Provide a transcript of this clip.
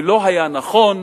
ולא היה נכון,